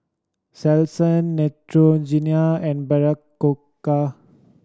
Selsun Neutrogena and Berocca